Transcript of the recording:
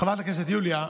חברת הכנסת יוליה,